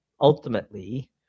ultimately